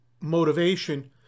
motivation